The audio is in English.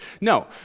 No